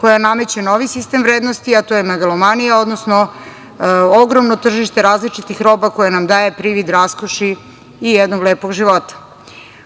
koja nameće novi sistem vrednosti, a to je megalomanija, odnosno ogromno tržište različitih roba koje nam daje privid raskoši i jednog lepog života.